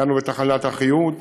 הגענו לתחנת אחיהוד,